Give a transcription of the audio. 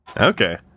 Okay